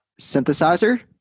synthesizer